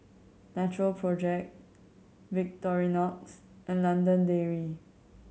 Natural Project Victorinox and London Dairy